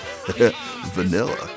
Vanilla